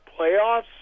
playoffs